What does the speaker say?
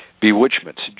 bewitchments